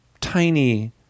Tiny